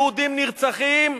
יהודים נרצחים,